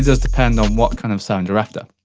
depend on what kind of sound you're after.